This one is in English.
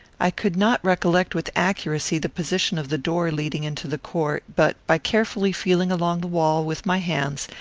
i could not recollect with accuracy the position of the door leading into the court, but, by carefully feeling along the wall with my hands,